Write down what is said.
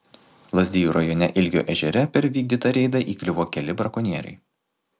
lazdijų rajone ilgio ežere per vykdytą reidą įkliuvo keli brakonieriai